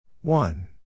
one